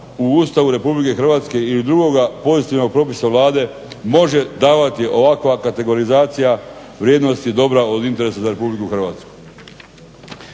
u Ustavu RH i drugoga pozitivnog propisa Vlade može davati ovakva kategorizacija vrijednosti dobra od interesa za RH.